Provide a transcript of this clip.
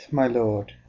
my lord.